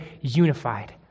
unified